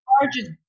charges